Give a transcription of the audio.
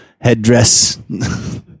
headdress